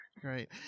Great